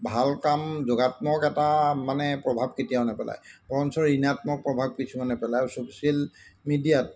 ভাল কাম যোগাত্মক এটা মানে প্ৰভাৱ কেতিয়াও নেপেলাই বৰঞ্চ ঋণাত্মক প্ৰভাৱ কিছুমান হে পেলাই আৰু ছ'চিয়েল মিডিয়াত